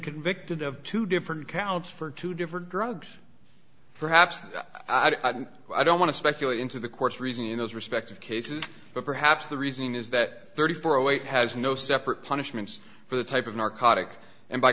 convicted of two different counts for two different drugs perhaps i didn't i don't want to speculate into the court's reasoning in those respective cases but perhaps the reason is that thirty four o eight has no separate punishments for the type of narcotic and b